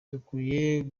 dukwiye